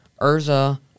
Urza